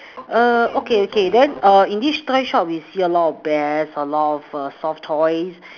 err okay okay then err in this toy shop you see a lot of bears a lot of err soft toys